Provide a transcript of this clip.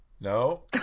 No